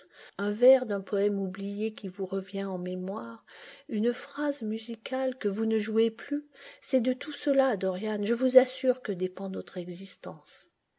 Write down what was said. un vers d'un poème oublié qui vous revient en mémoire une phrase musicale que vous ne jouez plus c'est de tout cela dorian je vous assure que dépend notre existence